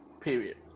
period